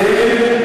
אתם,